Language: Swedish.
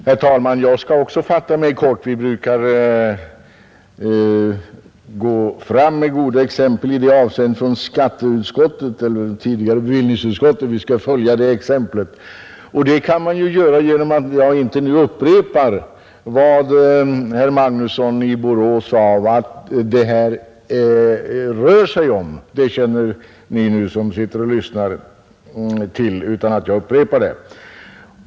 Herr talman! Jag skall också fatta mig kort. Vi brukar gå fram med goda exempel i det avseendet från det tidigare bevillningsutskottet, och vi från skatteutskottet skall följa det exemplet. Det kan jag göra genom att inte nu upprepa vad herr Magnusson i Borås sade. Vad det här rör sig om, det känner ni till som nu sitter och lyssnar utan att jag upprepar det.